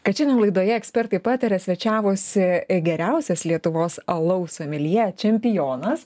kad šiandien laidoje ekspertai pataria svečiavosi geriausias lietuvos alaus someljė čempionas